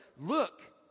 look